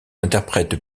interprète